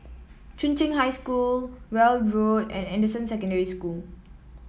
Chung Cheng High School Weld Road and Anderson Secondary School